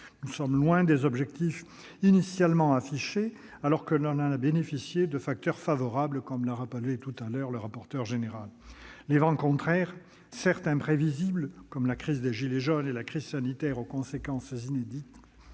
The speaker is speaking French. Nous sommes loin des objectifs initialement affichés, alors que l'on a bénéficié de facteurs favorables, comme l'a rappelé le rapporteur général. Les vents contraires, certes imprévisibles, comme la crise des « gilets jaunes » et la crise sanitaire, aux conséquences inédites,